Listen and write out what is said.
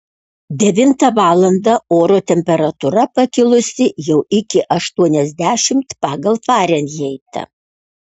devintą valandą oro temperatūra pakilusi jau iki aštuoniasdešimt pagal farenheitą